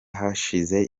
hashize